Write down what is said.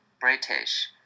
British